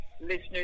listeners